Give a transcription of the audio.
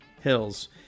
hills